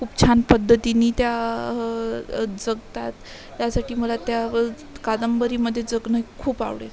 खूप छान पद्धतीने त्या जगतात यासाठी मला त्या ब् कादंबरीमध्ये जगणं खूप आवडेल